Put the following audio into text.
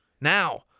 Now